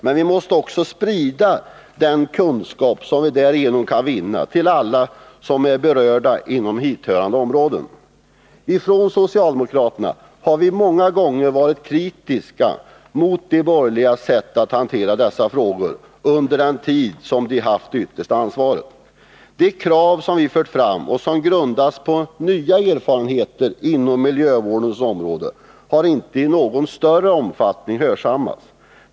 Men vi måste också sprida den kunskap vi därigenom kan vinna till alla som är berörda inom hithörande område. Vi socialdemokrater har många gånger varit kritiska mot de borgerligas sätt att hantera dessa frågor under den tid de haft det yttersta ansvaret. De krav som vi fört fram och som grundats på nya erfarenheter inom miljövårdens område har emellertid inte i någon större omfattning hörsammats.